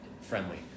friendly